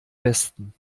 westen